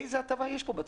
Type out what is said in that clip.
איזו הטבה יש לציבור?